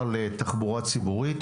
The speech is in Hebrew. לתחבורה ציבורית,